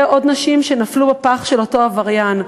עוד נשים שנפלו בפח של אותו עבריין,